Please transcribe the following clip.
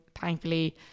thankfully